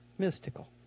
Mystical